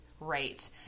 Right